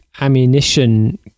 Ammunition